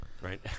Right